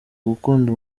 gukunda